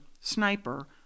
sniper